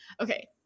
okay